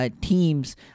teams